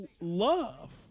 love